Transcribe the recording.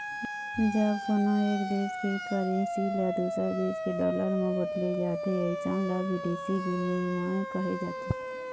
जब कोनो एक देस के करेंसी ल दूसर देस के डॉलर म बदले जाथे अइसन ल बिदेसी बिनिमय कहे जाथे